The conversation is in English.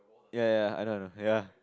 ya ya I know I know ya